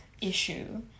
issue